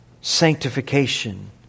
sanctification